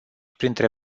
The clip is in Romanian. printre